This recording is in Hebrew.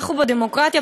בדמוקרטיה,